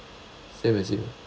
same as you